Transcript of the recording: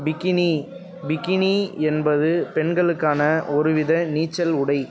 bikini bikini என்பது பெண்களுக்கான ஒரு வித நீச்சல் உடை